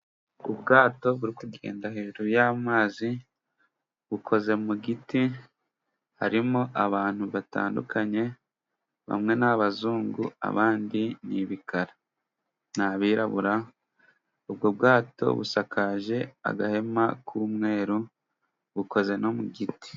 Ubwato buri kugenda hejuru y'amazi bukoze mu giti, harimo abantu batandukanye, bamwe ni abazungu, abandi ni ibikara. Ni abirabura, ubwo bwato busakaje agahema k'umweru, bukoze no mu giti.